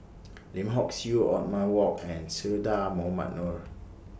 Lim Hock Siew Othman Wok and Che Dah Mohamed Noor